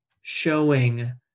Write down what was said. showing